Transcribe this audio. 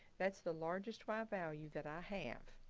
that's the largest y value that. i have